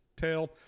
tail